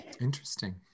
interesting